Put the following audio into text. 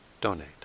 donate